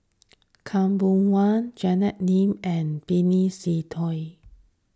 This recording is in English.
Khaw Boon Wan Janet Lim and Benny Se Teo